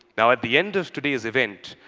now, at the end of today's event,